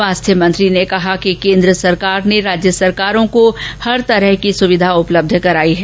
स्वास्थ्य मंत्री ने कहा कि केन्द्र सरकार ने राज्य सरकारों को हर प्रकार की सुविधा उपलब्ध कराई है